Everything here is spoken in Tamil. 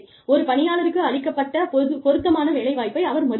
ஒரு பணியாளருக்கு அளிக்கப்பட்ட பொருத்தமான வேலை வாய்ப்பை அவர் மறுக்கிறார்